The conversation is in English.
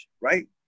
Right